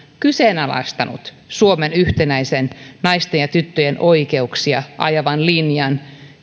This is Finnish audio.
kyseenalaistanut suomen yhtenäisen naisten ja tyttöjen oikeuksia ajavan linjan